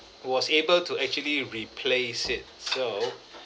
was able to actually replace it so